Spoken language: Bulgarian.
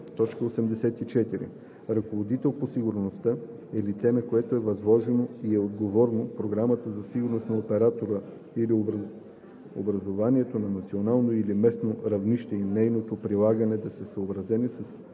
зона. 84. „Ръководител по сигурността“ е лице, на което е възложено и е отговорно програмата за сигурност на оператора или образуванието на национално или местно равнище и нейното прилагане да са съобразени с